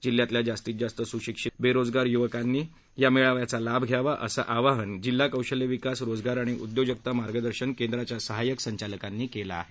जिल्ह्यातल्या जास्तीत जास्त सुशिक्षित बेरोजगार युवकांनी या मेळाव्याचा लाभ घ्यावा असं आवाहन जिल्हा कौशल्य विकास रोजगार आणि उद्योजकता मार्गदर्शन केंद्राच्या सहाय्यक संचालकांनी केलं आहे